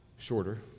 Shorter